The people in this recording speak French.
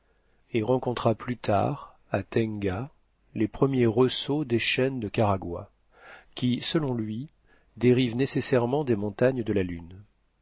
et rencontra plus tard à tenga les premiers ressauts des chaînes de karagwah qui selon lui dérivent nécessairement des montagnes de la lune